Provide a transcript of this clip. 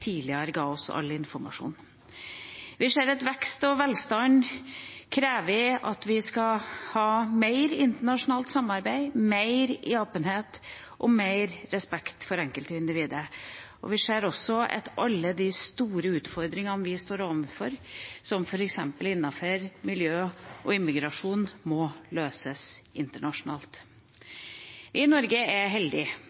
tidligere ga oss all informasjon. Vi ser at vekst og velstand krever at vi skal ha mer internasjonalt samarbeid, mer åpenhet og mer respekt for enkeltindividet, og vi ser også at alle de store utfordringene vi står overfor, f.eks. innenfor miljø og migrasjon, må løses internasjonalt.